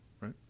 right